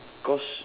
cause